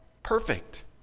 Perfect